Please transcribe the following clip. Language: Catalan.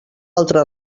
altre